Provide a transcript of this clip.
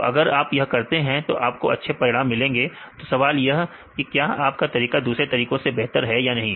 तो अगर आप यह करते हैं और आपको अच्छे परिणाम मिलते हैं तो सवाल यह कि क्या आपका यह तरीका दूसरों तरीकों से बेहतर है या नहीं